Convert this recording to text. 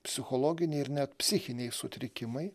psichologiniai ir net psichiniai sutrikimai